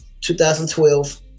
2012